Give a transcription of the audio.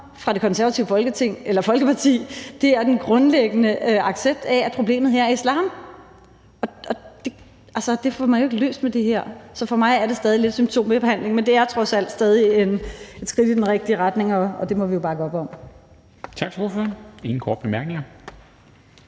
fra Det Konservative Folkeparti, er den grundlæggende accept af, at problemet her er islam. Altså, det får man jo ikke løst med det her. Så for mig er det stadig lidt symptombehandling, men det er trods alt stadig et skridt i den rigtige retning, og det må vi jo bakke op om.